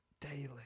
daily